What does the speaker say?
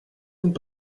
und